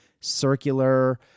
circular